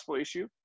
issue